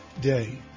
Day